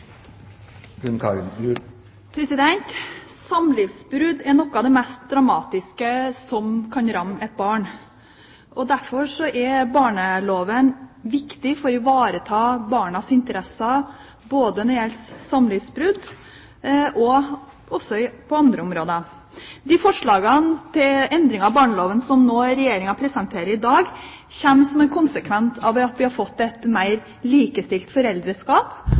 Samlivsbrudd er noe av det mest dramatiske som kan ramme et barn. Derfor er barneloven viktig for å ivareta barnas interesser når det gjelder både samlivsbrudd og på andre områder. De forslagene til endringer i barneloven som Regjeringen presenterer i dag, kommer som en konsekvens av at vi har fått et mer likestilt foreldreskap,